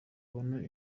abone